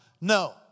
no